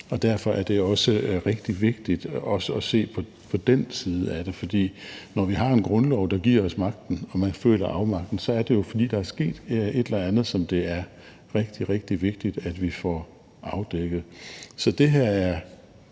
derfor er det rigtig vigtigt også at se på den side af det. For når vi har en grundlov, der giver os magten, og man føler afmagt, så er det jo, fordi der er sket et eller andet, som det er rigtig, rigtig vigtigt at vi får afdækket.